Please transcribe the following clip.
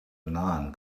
non